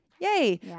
Yay